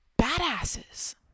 badasses